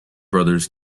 brothers